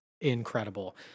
incredible